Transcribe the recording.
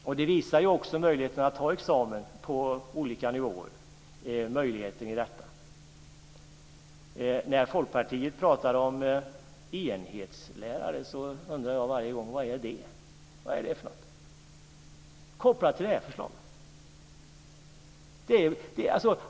Möjligheten i detta visas också i att man kan ta examen på olika nivåer. När Folkpartiet pratar om enhetslärare och kopplar det till det här förslaget undrar jag varje gång vad det är för något.